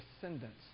descendants